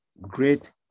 great